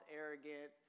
arrogant